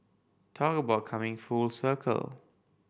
talk about coming full circle